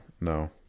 no